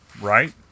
right